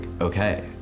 okay